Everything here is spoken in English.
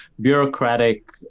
bureaucratic